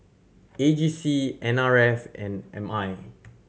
A G C N R F and M I